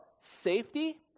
safety